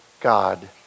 God